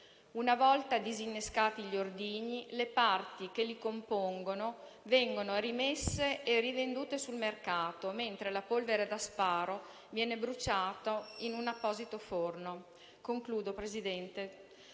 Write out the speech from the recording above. Una volta disinnescati gli ordigni, le parti che li compongono vengono rimesse e rivendute sul mercato, mentre la polvere da sparo viene bruciata in un apposito forno. La struttura